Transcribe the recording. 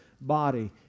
body